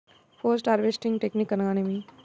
Post harvesting technique అనగా నేమి?